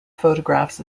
photographs